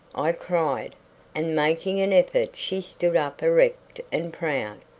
i cried and making an effort she stood up erect and proud.